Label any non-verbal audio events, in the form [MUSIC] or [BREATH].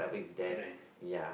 correct [BREATH]